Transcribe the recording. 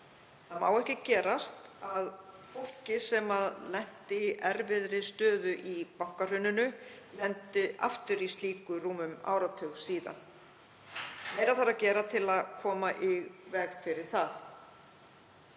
Það má ekki gerast að fólk sem lenti í erfiðri stöðu í bankahruninu endi aftur í slíku rúmum áratug síðan. Meira þarf að gera til að koma í veg fyrir það.